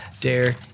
dare